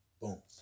boom